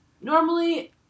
normally